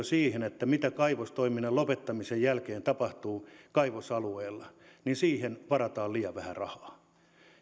siihen mitä kaivostoiminnan lopettamisen jälkeen tapahtuu kaivosalueella varataan liian vähän rahaa